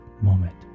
moment